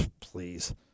Please